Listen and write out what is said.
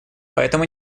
поэтому